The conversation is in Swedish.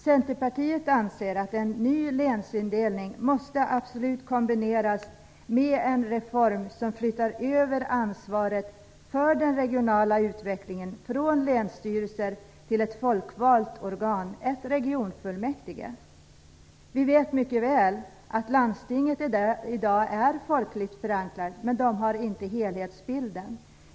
Centerpartiet anser att en ny länsindelning absolut måste kombineras med en reform som flyttar över ansvaret för den regionala utvecklingen från länsstyrelser till ett folkvalt organ, ett regionfullmäktige. Vi vet mycket väl att landstingen i dag är folkligt förankrade, men de har inte helhetsbilden.